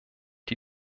die